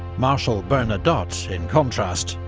marshal bernadotte, in contrast,